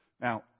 Now